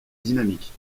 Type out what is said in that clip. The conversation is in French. dynamiques